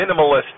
minimalist